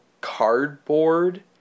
cardboard